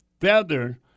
feather